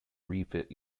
refit